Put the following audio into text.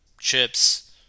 chips